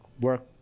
work